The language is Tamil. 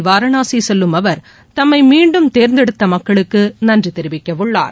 வாரணாசி செல்லும் அவர் தம்மை மீண்டும் தேர்ந்தெடுத்த மக்களுக்கு நன்றி நாளை தெரிவிக்கவுள்ளார்